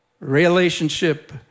Relationship